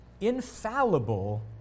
infallible